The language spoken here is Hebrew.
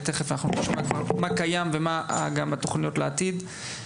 תיכף נשמע מה קיים ומה התוכניות לעתיד.